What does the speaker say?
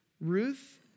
Ruth